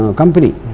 um company.